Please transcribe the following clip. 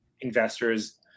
investors